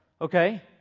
okay